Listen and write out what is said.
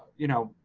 you know,